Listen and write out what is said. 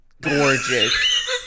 Gorgeous